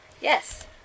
Yes